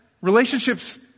Relationships